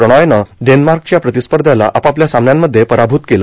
प्रणॉयनं डेन्मार्कच्या प्रतिस्पर्ध्याला आपापल्या सामन्यांमध्ये पराभूत केलं